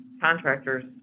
contractors